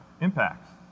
impacts